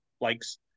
likes